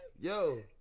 Yo